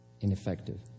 ineffective